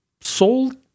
sold